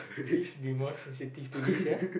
please be more sensitive to this ya